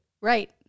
right